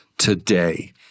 today